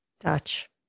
Dutch